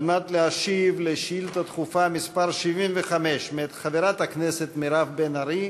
על מנת להשיב על שאילתה דחופה מס' 75 מאת חברת הכנסת מירב בן ארי.